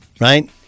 Right